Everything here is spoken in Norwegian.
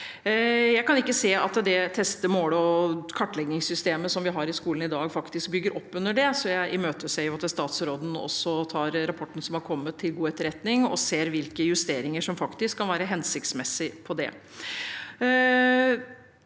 Jeg kan ikke se at det teste-, måle- og kartleggingssystemet som vi har i skolen i dag, faktisk bygger opp under det, så jeg imøteser at statsråden tar rapporten som har kommet, til god etterretning og ser hvilke justeringer som faktisk kan være hensiktsmessig på det.